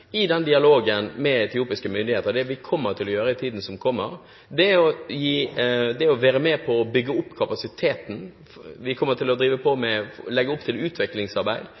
i dialogen med etiopiske myndigheter – og det vi kommer til å gjøre i tiden som kommer – er å være med og bygge opp kapasiteten. Vi kommer til å legge opp til utviklingsarbeid, vi kommer til å invitere til konferanser som tar opp